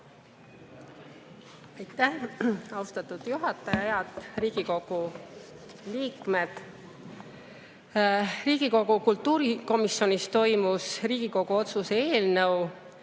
Aitäh, austatud juhataja! Head Riigikogu liikmed! Riigikogu kultuurikomisjonis toimus Riigikogu otsuse